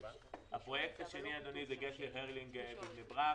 הפרויקט השני הוא גשר הרלינג בבני ברק.